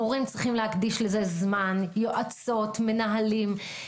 מורים צריכים להקדיש לזה זמן, יועצות, מנהלים.